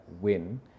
win